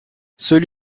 seule